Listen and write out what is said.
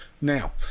now